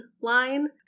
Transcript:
line